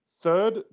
Third